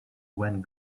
went